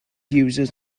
users